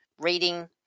reading